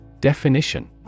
Definition